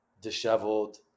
disheveled